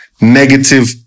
negative